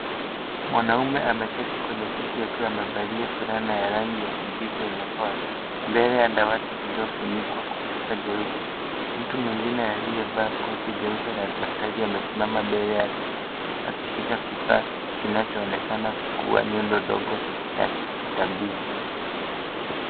Mwanaume ameketi kwenye kiti akiwa amevalia fulana ya rangi ya kijivu yenye kola mbele ya dawati lililofunikwa kwa chupa jeupe, mtu mwingine aliyevaa koti jeupe la daktari amesimama mbele yake akishika kifaa kinachoonekana kuwa nyundo ndogo ya kitabibu.